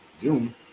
June